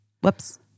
Whoops